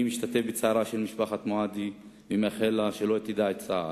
אני משתתף בצערה של משפחת מועדי ומאחל לה שלא תדע צער.